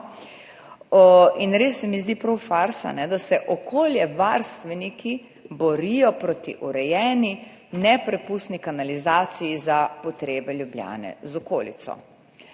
Res se mi zdi prav farsa, da se okoljevarstveniki borijo proti urejeni neprepustni kanalizaciji za potrebe Ljubljane z okolico.